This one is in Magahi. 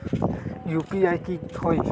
यू.पी.आई की होई?